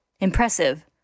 Impressive